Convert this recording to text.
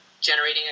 generating